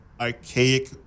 archaic